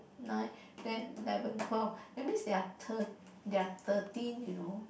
nine ten eleven twelve that means there are thir~ there are thirteen you know